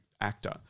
actor